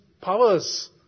powers